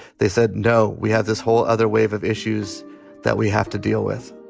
they said, no, we had this whole other wave of issues that we have to deal with